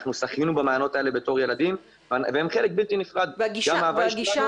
כילדים שחינו במעיינות האלה והם חלק בלתי נפרד גם מההווי שלנו.